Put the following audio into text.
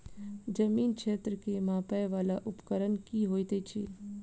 जमीन क्षेत्र केँ मापय वला उपकरण की होइत अछि?